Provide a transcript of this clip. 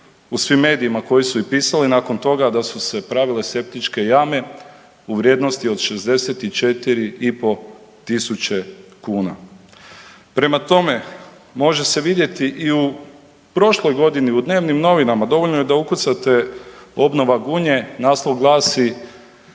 u svim medijima koji su i pisali nakon toga da su se pravile septičke jame u vrijednosti od 64.500 kuna. Prema tome, može se vidjeti i u prošloj godini u dnevnim novinama dovoljno je da ukucate obnova Gunje, naslov glasi